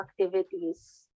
activities